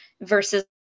versus